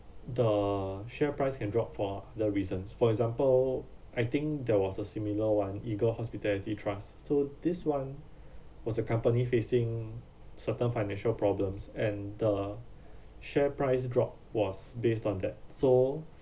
the share price can drop for the reasons for example I think there was a similar one eagle hospitality trust so this one was a company facing certain financial problems and the share price drop was based on that so